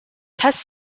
test